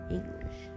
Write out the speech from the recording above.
English